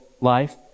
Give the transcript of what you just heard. life